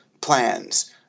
plans